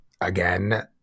Again